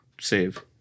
save